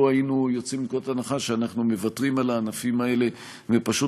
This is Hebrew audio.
היינו יוצאים מנקודת הנחה שאנחנו מוותרים על הענפים האלה ופשוט